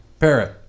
Parrot